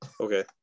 Okay